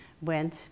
went